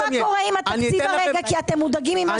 תראו מה קורה עם התקציב כרגע כי אתם מודאגים ממה